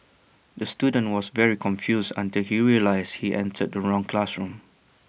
the student was very confused until he realised he entered the wrong classroom